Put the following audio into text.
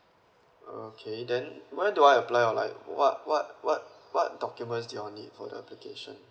okay then what do I apply or like what what what what documents do you all need for the application